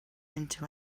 into